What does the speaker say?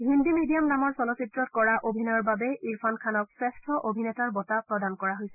Hindi medium নামৰ চলচ্চিত্ৰত কৰা অভিনয়ৰ বাবে ইৰফান খানক শ্ৰেষ্ঠ অভিনেতাৰ বঁটা প্ৰদান কৰা হৈছে